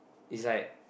it's like